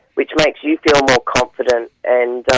which makes you feel more confident, and